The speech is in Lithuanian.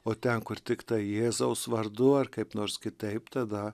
o ten kur tiktai jėzaus vardu ar kaip nors kitaip tada